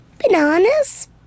Bananas